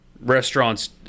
restaurants